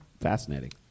fascinating